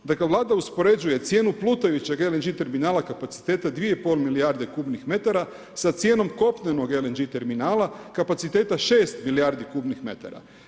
Dakle, Vlada uspoređuje cijenu plutajućeg LNG terminala kapaciteta 2,5 milijarde kubnih metara sa cijenom kopnenog LNG terminala kapaciteta 6 milijardi kubnih metara.